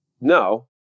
No